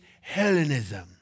Hellenism